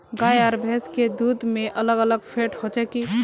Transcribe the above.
गाय आर भैंस के दूध में अलग अलग फेट होचे की?